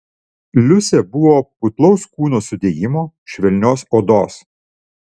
liusė buvo putlaus kūno sudėjimo švelnios odos